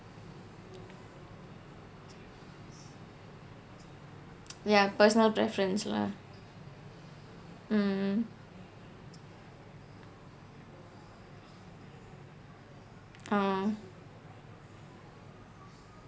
ya personal preference lah mm mm oh